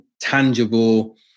tangible